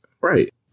right